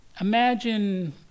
imagine